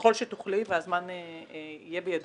ככל שתוכלי והזמן יהיה בידך,